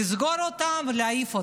לסגור אותם ולהעיף אותם.